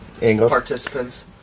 Participants